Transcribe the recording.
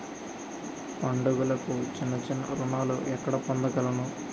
పండుగలకు చిన్న చిన్న రుణాలు ఎక్కడ పొందగలను?